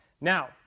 Now